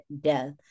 death